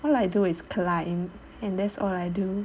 all I do is climb and that's all I do